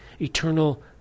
Eternal